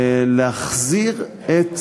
להחזיר את